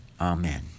Amen